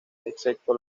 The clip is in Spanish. excepto